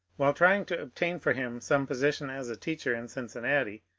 while trying to obtain for him some position as a teacher in cincinnati,